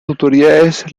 autoridades